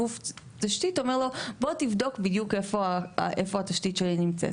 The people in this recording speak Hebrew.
גוף תשתית אומר לו בוא תבדוק בדיוק איפה התשתית שלי נמצאת.